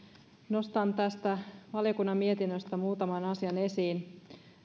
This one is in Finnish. nostan valiokunnan mietinnöstä muutaman asian esiin